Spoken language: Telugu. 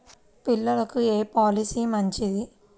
పిల్లలకు ఏ పొలసీ మంచిది?